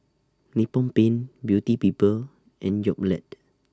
Nippon Paint Beauty People and Yoplait